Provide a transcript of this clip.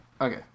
Okay